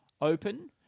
open